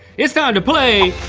it's time to play,